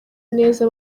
neza